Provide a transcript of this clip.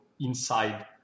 inside